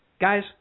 guys